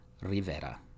Rivera